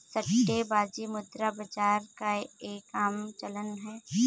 सट्टेबाजी मुद्रा बाजार का एक आम चलन है